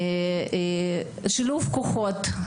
שילוב כוחות,